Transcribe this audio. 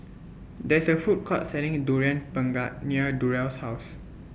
There's A Food Court Selling Durian Pengat near Durrell's House